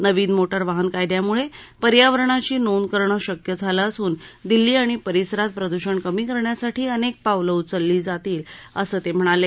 नवीन motor वाहन कायद्यामुळे पर्यावरणाची नोंद करणं शक्य झालं असून दिल्ली आणि परिसरात प्रदुषण कमी करण्यासाठी अनेक पावलं उचलली असल्याचं ते म्हणाले